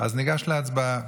ניגש להצבעה.